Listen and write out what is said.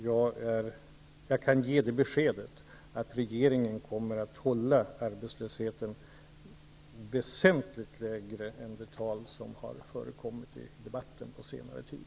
Jag kan ge beskedet att regeringen kommer att hålla arbetslösheten väsentligt lägre än de tal som har förekommit i debatten på senare tid.